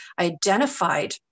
identified